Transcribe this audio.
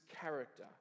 character